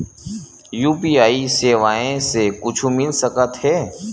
UPI सेवाएं से कुछु मिल सकत हे?